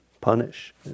punish